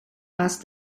asked